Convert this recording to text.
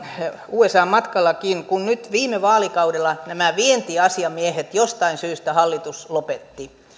usan matkallakin kun nyt viime vaalikaudella nämä vientiasiamiehet jostain syystä hallitus lopetti